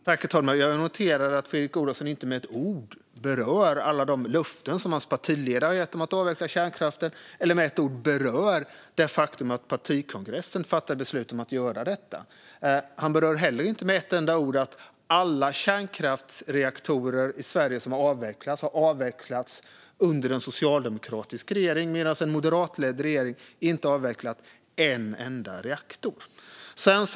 Herr talman! Jag noterar att Fredrik Olovsson inte med ett ord berör alla de löften som hans partiledare avgett om att avveckla kärnkraften och inte med ett ord berör det faktum att partikongressen fattat beslut om att göra detta. Han berör heller inte med ett enda ord att alla kärnkraftsreaktorer i Sverige som avvecklats har avvecklats under en socialdemokratisk regering, medan moderatledda regeringar inte har avvecklat en enda reaktor.